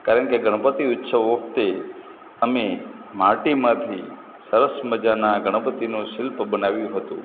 કારણ કે ગણપતિ ઉત્સવ વખતે અમે માટીમાંથી સરસ મજાના ગણપતિનો શિલ્પ બનાવ્યું હતું